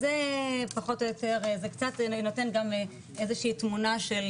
אז זה פחות או יותר זה קצת נותן גם איזושהי תמונה של